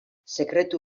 sekretu